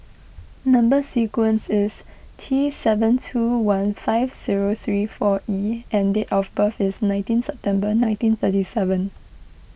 Number Sequence is T seven two one five zero three four E and date of birth is nineteen September nineteen thirty seven